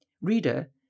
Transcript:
Reader